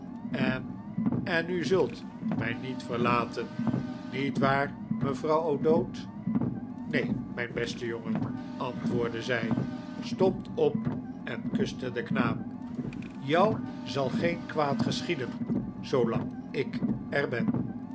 en en u zult mij niet verlaten niet waar mevrouw o'dowd nee mijn beste jongen antwoordde zij stond op en kuste den knaap jou zal geen kwaad geschieden zoolang ik er ben